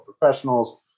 professionals